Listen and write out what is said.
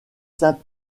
saint